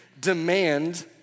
demand